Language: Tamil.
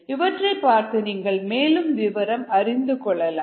இவற்றைப் பார்த்து நீங்கள் மேலும் விவரம் அறிந்து கொள்ளலாம்